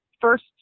first